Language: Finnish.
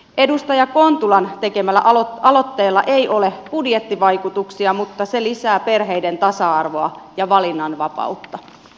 edustaja kontulan tekemällä aloitteella ei ole budjettivaikutuksia mutta se lisää perheiden tasa arvoa ja valinnanvapautta